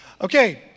Okay